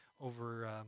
over